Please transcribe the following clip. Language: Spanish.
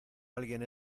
alguien